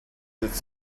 its